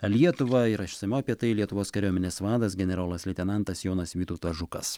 lietuvą ir išsamiau apie tai lietuvos kariuomenės vadas generolas leitenantas jonas vytautas žukas